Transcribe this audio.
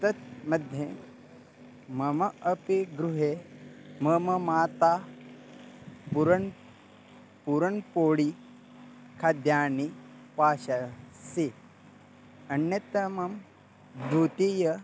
तन्मध्ये मम अपि गृहे मम माता पुरन् पुरण्पोडि खाद्यानि पचसि अन्यतमं द्वितीयम्